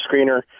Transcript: screener